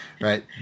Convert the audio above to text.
right